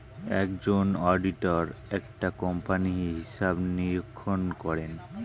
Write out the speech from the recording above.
একজন অডিটর একটা কোম্পানির হিসাব নিরীক্ষণ করেন